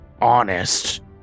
honest